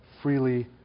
freely